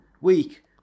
week